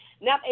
Now